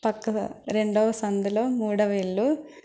పక్కగా రెండవ సందులో మూడోవ ఇల్లు